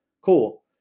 Cool